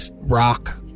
rock